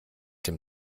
dem